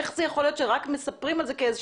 איך זה יכול להיות שרק מספרים על זה כאיזושהי